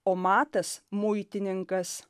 o matas muitininkas